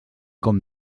com